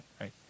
right